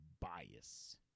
bias